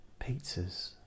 pizzas